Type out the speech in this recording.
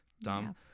dumb